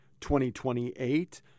2028